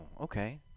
okay